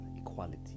equality